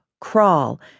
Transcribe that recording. crawl